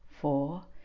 four